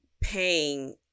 paying